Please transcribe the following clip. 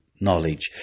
knowledge